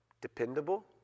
dependable